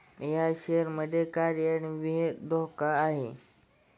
या शेअर मध्ये कार्यान्वित धोका किती आहे?